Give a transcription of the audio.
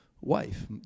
wife